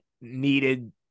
needed